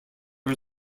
are